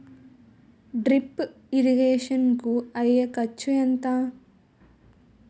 Drip irrigation కూ అయ్యే ఖర్చు ఎంత?